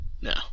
No